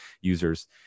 users